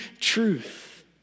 truth